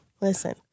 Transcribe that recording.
listen